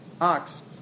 ox